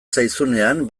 zaizunean